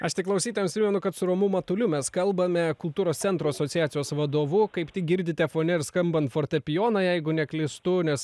aš tik klausytojams primenu kad su romu matuliu mes kalbame kultūros centrų asociacijos vadovu kaip tik girdite fone ir skambant fortepijoną jeigu neklystu nes